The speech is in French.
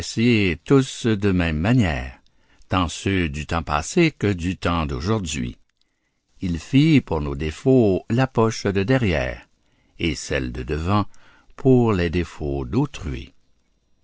tous de même manière tant ceux du temps passé que du temps d'aujourd'hui il fit pour nos défauts la poche de derrière et celle de devant pour les défauts d'autrui